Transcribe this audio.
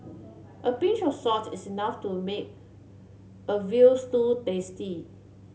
a pinch of salt is enough to make a veal stew tasty